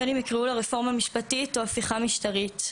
בין שיקרא לה רפורמה משפטית ובין שהפיכה משטרית,